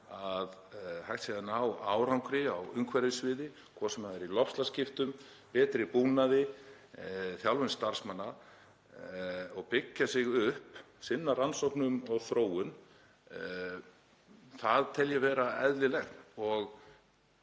að hægt sé að ná árangri á umhverfissviði, hvort sem það er í loftslagsskiptum, betri búnaði, þjálfun starfsmanna og byggja sig upp, sinna rannsóknum og þróun. Það tel ég vera eðlilegt.